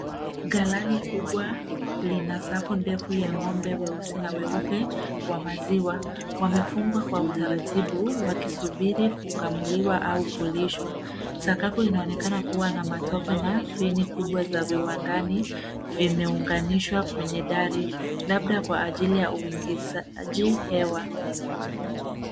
Gala ni kubwa lina safu ndefu ya ng'ombe weusi na weupe wa maziwa. Wamefungwa kwa utaratibu wakisubiri kukamuliwa au kulishwa. Sakafu inaonekana kuwa na matope na feni kubwa za viwandani vimeunganishwa kwenye dari labda kwa ajili ya uingizaji hewa.